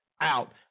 out